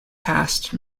past